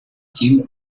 team